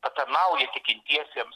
patarnauja tikintiesiems